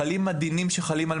חלים הדינים שחלים על